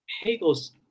Hegel's